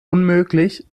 unmöglich